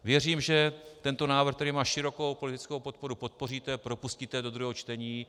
Věřím, že tento návrh, který má širokou a politickou podporu, podpoříte, propustíte do druhého čtení.